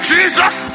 Jesus